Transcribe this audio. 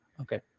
Okay